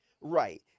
Right